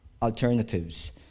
alternatives